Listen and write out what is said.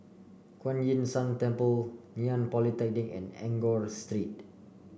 Kuan Yin San Temple Ngee Ann Polytechnic and Enggor